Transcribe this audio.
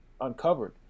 Uncovered